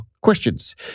questions